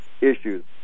issues